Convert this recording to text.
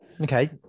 okay